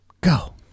Go